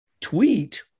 tweet